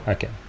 Okay